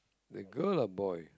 the girl or boy